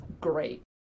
great